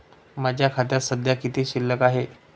माझ्या खात्यात सध्या किती शिल्लक आहे?